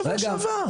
בשבוע שעבר.